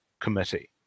Committee